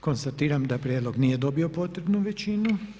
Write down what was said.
Konstatiram da prijedlog nije dobio potrebnu većinu.